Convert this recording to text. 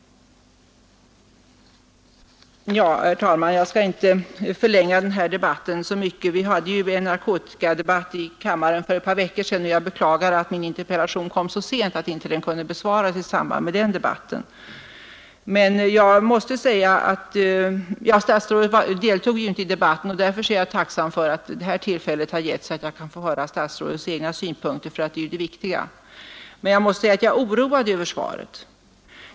Herr talman! Jag skall inte förlänga den här debatten så mycket. Vi hade ju en narkomanidebatt i kammaren för ett par veckor sedan, och jag beklagar att min interpellation kom så sent att den inte kunde besvaras i samband med den debatten. Statsrådet deltog inte i debatten, och därför är jag tacksam för att det här tillfället har getts att få höra statsrådets egna synpunkter, för det är det viktiga. Men jag måste säga att jag är oroad över svaret.